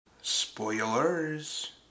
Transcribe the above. Spoilers